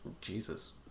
jesus